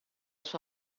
sua